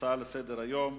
הצעה לסדר-היום: